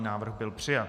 Návrh byl přijat.